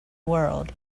world